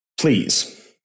Please